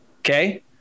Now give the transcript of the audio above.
okay